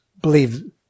believe